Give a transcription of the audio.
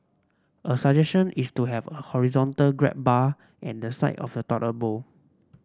a suggestion is to have a horizontal grab bar and the side of the toilet bowl